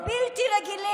תצעקי.